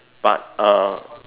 but uh